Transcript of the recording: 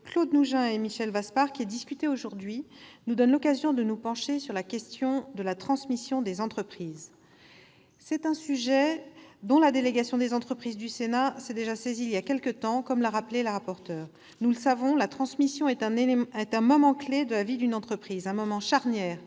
Claude Nougein et Michel Vaspart, nous donne l'occasion de nous pencher sur la question de la transmission des entreprises. C'est un sujet dont la délégation aux entreprises du Sénat s'était déjà saisie il y a quelque temps, comme l'a rappelé Mme le rapporteur. Nous le savons, la transmission est un moment clef de la vie d'une entreprise, un moment charnière,